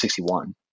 1961